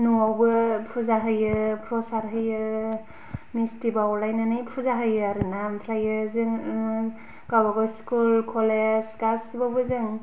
न'वावबो फुजा होयो प्रसाद होयो मिस्ति बावलायनानै फुजा होयो आरोना ओमफ्रायो जों गावबागाव स्कुल कलेज गासिबावबो जों